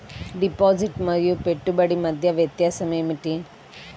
Deposit మరియు పెట్టుబడి మధ్య వ్యత్యాసం ఏమిటీ?